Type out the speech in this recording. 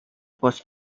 pos